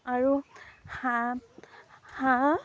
আৰু হাঁহ হাঁহ